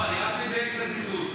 אני רק מדייק את הציטוט.